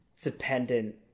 dependent